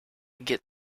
get